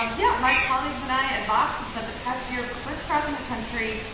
um yeah. my colleagues and i at vox have spent the past year crisscrossing the country,